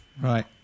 Right